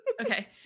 Okay